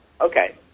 Okay